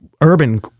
urban